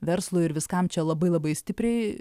verslui ir viskam čia labai labai stipriai